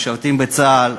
משרתים בצה"ל,